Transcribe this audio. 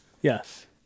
Yes